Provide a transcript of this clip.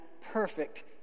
perfect